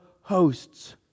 hosts